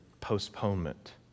postponement